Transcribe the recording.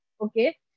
Okay